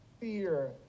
fear